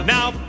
Now